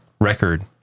record